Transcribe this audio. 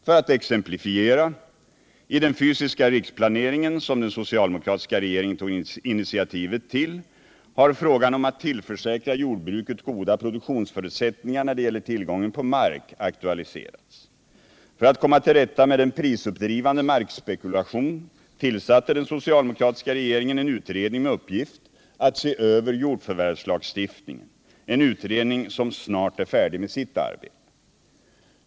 För att exemplifiera: i den fysiska riksplaneringen, som den socialdemokratiska regeringen tog initiativet till, har frågan om att tillförsäkra jordbruket goda produktionsförutsättningar när det gäller tillgången på mark aktualiserats. För att komma till rätta med en prisuppdrivande markspekulation tillsatte den socialdemokratiska regeringen en utredning med uppgift att se över jordförvärvslagstiftningen, en utredning som snart är färdig med sitt arbete.